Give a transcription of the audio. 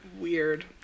weird